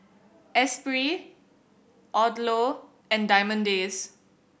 Esprit Odlo and Diamond Days